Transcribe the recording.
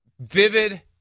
vivid